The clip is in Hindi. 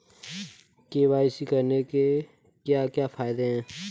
के.वाई.सी करने के क्या क्या फायदे हैं?